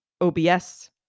OBS